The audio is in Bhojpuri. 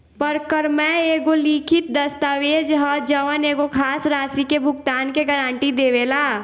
परक्रमय एगो लिखित दस्तावेज ह जवन एगो खास राशि के भुगतान के गारंटी देवेला